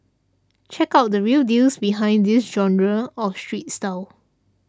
check out the 'real deals' behind this genre of street style